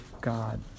God